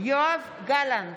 יואב גלנט,